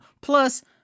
Plus